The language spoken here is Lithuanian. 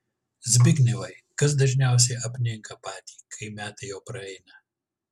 zbignevai kas dažniausiai apninka patį kai metai jau praeina